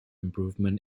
improvement